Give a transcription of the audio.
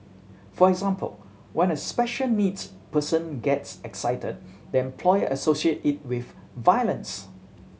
for example when a special needs person gets excited the employer associate it with violence